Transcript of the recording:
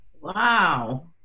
Wow